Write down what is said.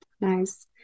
Nice